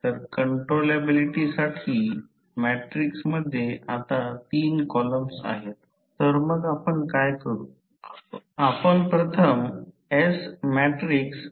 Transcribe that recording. आता जर सर्किट अशाच प्रकारे दिसत असेल तर हे E2 हे एक आदर्श रोहीत्र आहे जसे की येथे विन्डिंग वगळता काहीच नाही